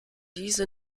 diese